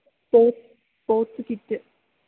sports kit